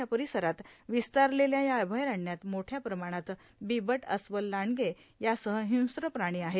या र्पारसरात र्यावस्तारलेल्या या अभयारण्यात मोठ्या प्रमाणात ांबबट अस्वल लांडगे या सह ाहिंस्र प्राणी आहेत